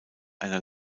einer